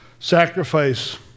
Sacrifice